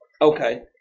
okay